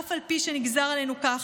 שאף על פי שנגזר עלינו כך,